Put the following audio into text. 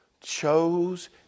chose